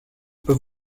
peut